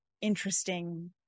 interesting